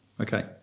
Okay